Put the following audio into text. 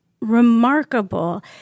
remarkable